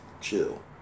chill